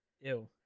Ew